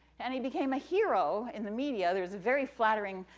and he became a hero in the media, there was a very flattering,